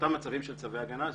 לאותם מצבים של צווי הגנה,